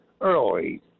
early